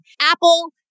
apple